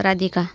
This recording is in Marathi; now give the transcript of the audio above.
रादिका